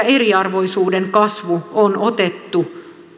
eriarvoisuuden kasvu on otettu